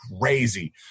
crazy